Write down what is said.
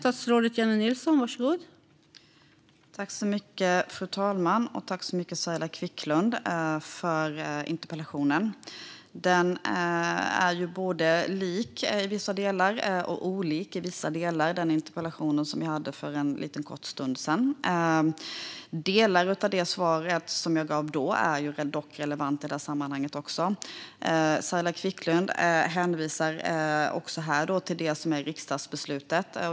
Fru talman! Tack, Saila Quicklund, för interpellationen! Den är i vissa delar lik och i andra delar olik den interpellation som vi debatterade för en kort stund sedan. Delar av det svar jag då gav är relevanta i det här sammanhanget också. Saila Quicklund hänvisar till riksdagsbeslutet.